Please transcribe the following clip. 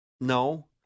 no